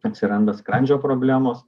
atsiranda skrandžio problemos